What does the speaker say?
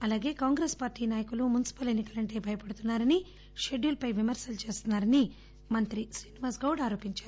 అలాగే కాంగ్రెస్ పార్టీ నాయకులు మున్సిపల్ ఎన్ని కలంటే భయపడుతున్నా రని పెడ్యూల్ పై విమర్శలు చేస్తున్నా రని మంత్రి శ్రీనివాస్ గౌడ్ ఆరోపించారు